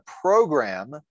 program